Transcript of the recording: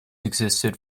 existed